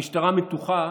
המשטרה מתוחה